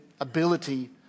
ability